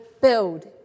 build